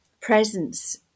presence